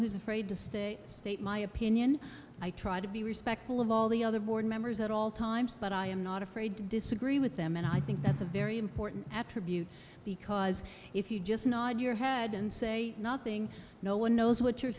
who's afraid to stay state my opinion i try to be respectful of all the other board members at all times but i am not afraid to disagree with them and i think that's a very important attribute because if you just nod your head and say nothing no one knows what you're